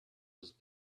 was